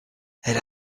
elle